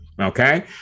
Okay